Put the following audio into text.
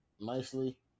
nicely